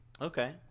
Okay